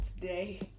today